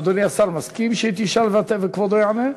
אדוני השר מסכים שהיא תשאל וכבודו יענה?